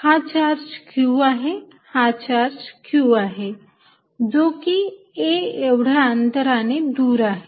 हा charge Q आहे हा चार्ज Q आहे जो की a एवढा अंतराने दूर आहे